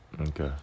Okay